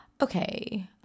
okay